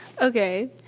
Okay